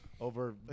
over